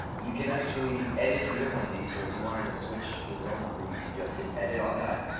you can actually edit either one of these. so if you wanted to switch the zone number, you could just hit edit on that.